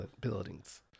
buildings